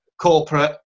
corporate